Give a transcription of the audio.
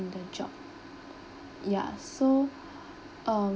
in the job yeah so um